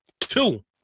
two